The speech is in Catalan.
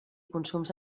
consums